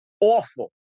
awful